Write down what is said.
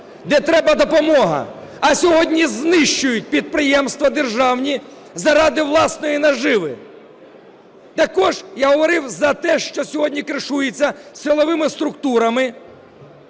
де треба допомога, а сьогодні знищують підприємства державні заради власної наживи. Також я говорив за те, що сьогодні кришуються силовими структурами